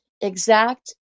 exact